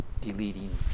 deleting